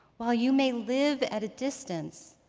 while you may live at a distance,